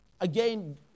again